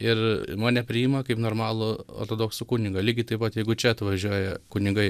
ir mane priima kaip normalų ortodoksų kunigą lygiai taip pat jeigu čia atvažiuoja kunigai